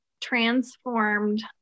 transformed